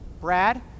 Brad